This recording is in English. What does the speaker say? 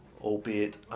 albeit